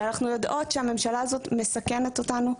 ואנחנו יודעות שהממשלה הזאת מסכנת אותנו,